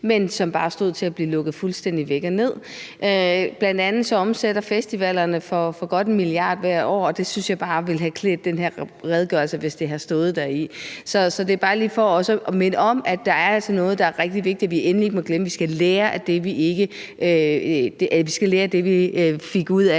men som bare stod til at blive lukket fuldstændig ned og ryge væk. Bl.a. omsætter festivalerne for godt 1 mia. kr. hvert år, og jeg synes bare, det ville have klædt den her redegørelse, hvis det havde stået deri. Så det er bare lige for også at minde om, at der er altså noget, der er rigtig vigtigt, som vi endelig ikke må glemme, og at vi skal lære af det, vi fik trods